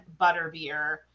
Butterbeer